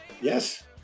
Yes